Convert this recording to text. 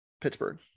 Pittsburgh